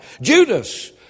Judas